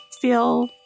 feel